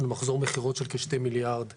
יש לה מחזור מכירות של כ-2 מיליארד ש"ח.